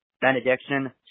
Benediction